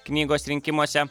knygos rinkimuose